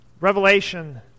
Revelation